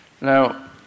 Now